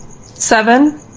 Seven